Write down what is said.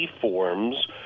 forms